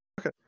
Okay